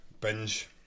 binge